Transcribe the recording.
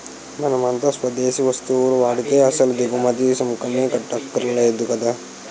మనమంతా స్వదేశీ వస్తువులు వాడితే అసలు దిగుమతి సుంకమే కట్టక్కర్లేదు కదా